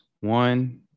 one